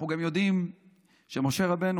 אנחנו גם יודעים שמשה רבנו